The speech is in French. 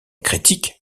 critique